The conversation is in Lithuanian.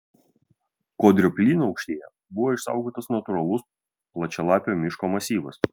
kodrio plynaukštėje buvo išsaugotas natūralaus plačialapio miško masyvas